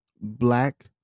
black